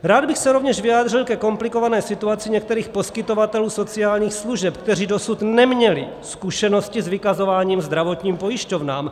Rád bych se rovněž vyjádřil ke komplikované situaci některých poskytovatelů sociálních služeb, kteří dosud neměli zkušenosti s vykazováním zdravotním pojišťovnám.